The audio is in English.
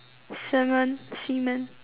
semen semen